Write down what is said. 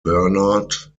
bernard